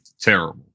terrible